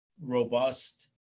robust